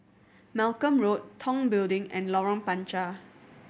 Malcolm Road Tong Building and Lorong Panchar